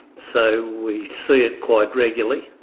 so we see it quite regularly.